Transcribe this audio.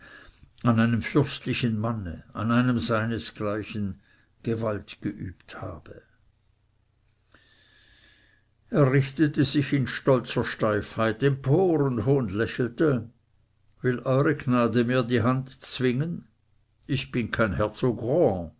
an einem fürstlichen manne an einem seinesgleichen gewalt geübt habe er richtete sich in stolzer steifheit empor und hohnlächelte will eure gnade mir die hand zwingen ich bin kein herzog